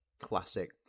classic